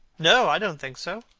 no i don't think so.